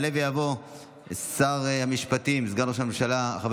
יעלה ויבוא שר המשפטים סגן ראש הממשלה חבר